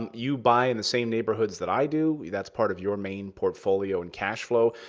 and you buy in the same neighborhoods that i do. that's part of your main portfolio and cash flow.